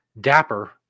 dapper